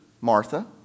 Martha